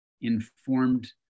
informed